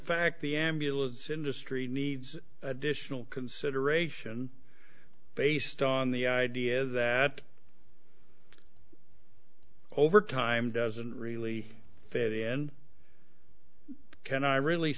fact the ambulance industry needs additional consideration based on the idea that over time doesn't really fit in can i really